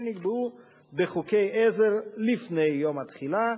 שנקבעו בחוקי עזר לפני יום התחילה,